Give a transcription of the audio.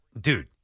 Dude